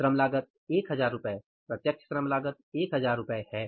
श्रम लागत 1000 रुपए प्रत्यक्ष श्रम लागत 1000 रुपए है